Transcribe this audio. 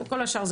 כל השאר,